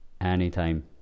anytime